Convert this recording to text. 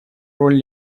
роль